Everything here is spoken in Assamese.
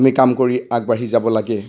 আমি কাম কৰি আগবাঢ়ি যাব লাগে